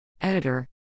Editor